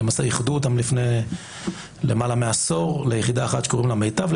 ולמעשה איחדו אותן לפני למעלה מעשור ליחידה אחת שקוראים לה "מיטב".